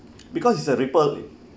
because it's a ripple err